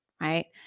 right